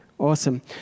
awesome